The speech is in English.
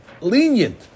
lenient